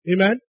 Amen